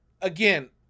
Again